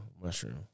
mushroom